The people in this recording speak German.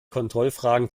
kontrollfragen